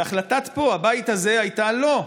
והחלטת הבית הזה פה הייתה: לא.